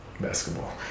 basketball